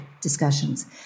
discussions